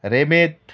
रेमेत